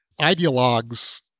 Ideologues